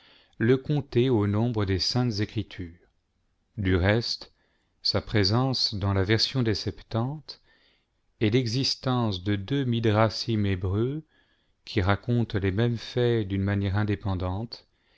le comptait au nombre des saintes écritures du reste sa présence dans la version des septante et l'existence de deux midrasim hébreux qui racontent les mêmes faits d'une manière indépendante